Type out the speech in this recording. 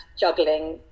juggling